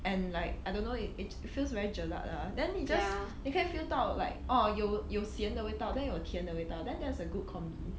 and like I don't know it it feels very jialat lah then 你 just 你可以 feel 到 like orh 有有咸的味道 then 有甜的味道 then that's a good combination